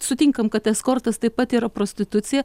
sutinkam kad eskortas taip pat yra prostitucija